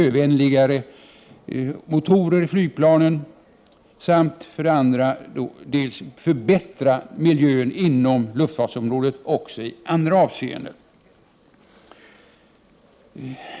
1988/89:46 miljövänligare motorer i flygplanen, dels förbättra miljön inom luftfartsom 15 december 1988 rådet också i andra avseenden.